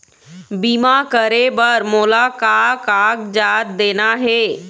बीमा करे बर मोला का कागजात देना हे?